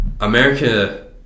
America